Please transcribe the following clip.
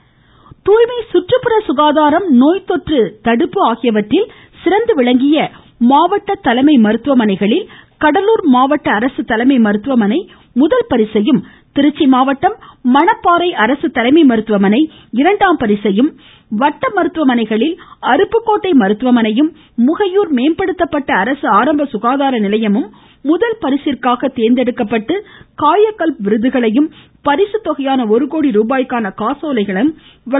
மேலும் துாய்மை சுற்றுப்புற சுகாதாரம் நோய்த்தொற்று தடுப்பு ஆகியவற்றில் சிறந்து விளங்கிய மாவட்ட தலைமை மருத்துவமனைகளில் கடலூர் மாவட்ட அரசு தலைமை மருத்துவமனை முதல் பரிசையும் திருச்சி மாவட்ட மணப்பாறை அரசு தலைமை மருத்துவமனை இரண்டாம் பரிசையும் வட்ட மருத்துவமனைகளில் அருப்புக்கோட்டை மருத்துவமனையும் முகையூர் மேம்படுத்தப்பட்ட தேர்ந்தெடுக்கப்பட்டு காயகல்ப் விருதுகளையும் பரிசுத்தொகையான ஒரு கோடி ருபாய்க்கான காசோலைகளும் வழங்கப்பட்டன